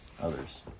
others